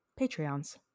patreons